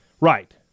Right